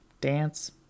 Dance